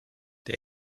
der